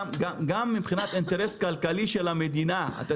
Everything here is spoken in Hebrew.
-- גם מבחינת האינטרס הכלכלי של המדינה.